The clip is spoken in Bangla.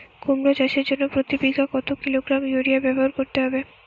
কুমড়ো চাষের জন্য প্রতি বিঘা কত কিলোগ্রাম ইউরিয়া ব্যবহার করতে হবে?